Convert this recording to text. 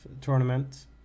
tournament